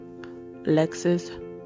Lexus